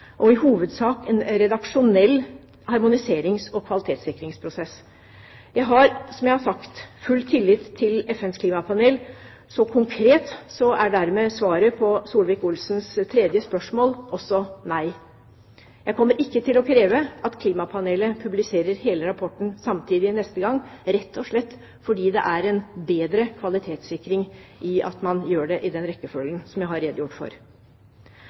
og i hovedsak en redaksjonell harmoniserings- og kvalitetssikringsprosess. Jeg har, som jeg har sagt, full tillit til FNs klimapanel. Konkret er dermed svaret på Solvik-Olsens tredje spørsmål også nei. Jeg kommer ikke til å kreve at klimapanelet publiserer hele rapporten samtidig neste gang, rett og slett fordi det er en bedre kvalitetssikring i at man gjør det i den rekkefølgen som jeg har redegjort for.